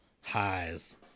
highs